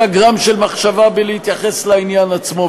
גרם של מחשבה בהתייחסות לעניין עצמו,